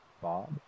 Bob